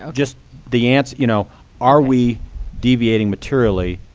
um just the answer you know are we deviating materially?